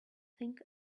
think